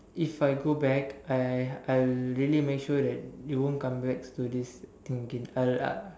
if I go back I I I really make sure it don't come back to this thing again I I